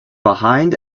behind